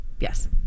Yes